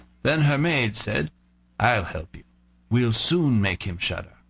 then her maid said i'll help you we'll soon make him shudder.